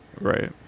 Right